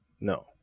No